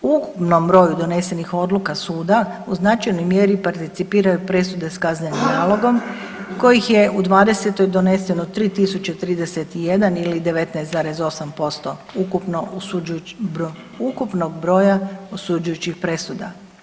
U ukupnom broju donesenih odluka suda u značajnoj mjeri participiraju presude s kaznenim nalogom kojih je u '20. doneseno 3.031 ili 19,1% ukupno osuđujućih, ukupnog broja osuđujućih presuda.